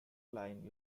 line